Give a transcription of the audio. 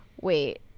Wait